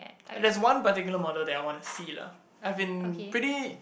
uh there's one particular model that I want to see lah I've been pretty